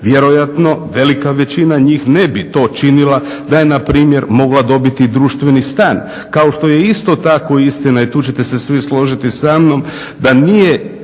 Vjerojatno velika većina njih ne bi to činila da je npr. mogla dobiti društveni stan, kao što je isto tako istina i tu ćete se svi složiti sa mnom, da nije